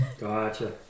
Gotcha